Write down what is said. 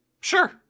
Sure